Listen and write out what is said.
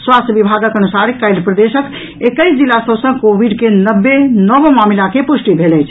स्वास्थ्य विभागक अनुसार काल्हि प्रदेशक एकैस जिला सभ सॅ कोविड के नब्बे नव मामिला के पुष्टि भेल अछि